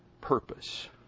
purpose